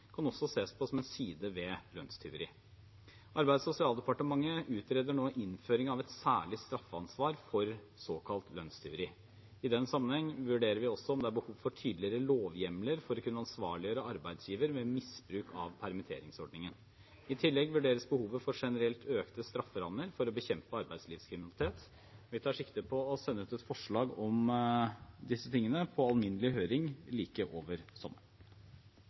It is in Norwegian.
kan også ses på som en side ved lønnstyveri. Arbeids- og sosialdepartementet utreder nå innføring av et særlig straffeansvar for såkalt lønnstyveri. I den sammenheng vurderer vi også om det er behov for tydeligere lovhjemler for å kunne ansvarliggjøre arbeidsgiver ved misbruk av permitteringsordningen. I tillegg vurderes behovet for generelt økte strafferammer for å bekjempe arbeidslivskriminalitet. Vi tar sikte på å sende ut et forslag om disse tingene på alminnelig høring like over sommeren.